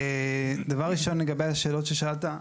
דבר ראשון, לגבי השאלות ששאלת.